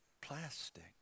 plastic